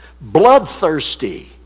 Bloodthirsty